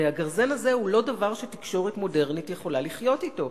והגרזן הזה הוא לא דבר שתקשורת מודרנית יכולה לחיות אתו.